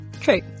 True